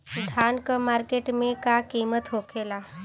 धान क मार्केट में का कीमत होखेला?